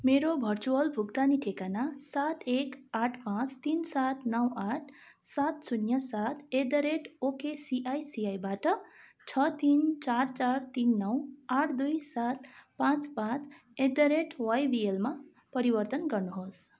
मेरो भर्चुअल भुक्तानी ठेगाना सात एक आठ पाँच तिन सात नौ आठ सात शुन्य सात एट द रेट ओकेसिआइसिआईबाट छ तिन चार चार तिन नौ आठ दुई सात पाँच पाँच एट द रेट वाईबिएलमा परिवर्तन गर्नुहोस्